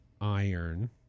iron